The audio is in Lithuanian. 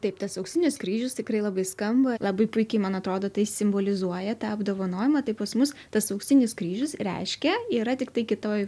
taip tas auksinis kryžius tikrai labai skamba labai puikiai man atrodo tai simbolizuoja tą apdovanojimą tai pas mus tas auksinis kryžius reiškia yra tiktai kitoj